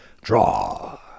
draw